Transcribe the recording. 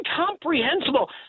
incomprehensible